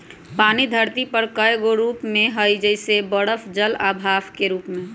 पानी धरती पर कए गो रूप में हई जइसे बरफ जल आ भाप के रूप में